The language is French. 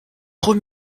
trop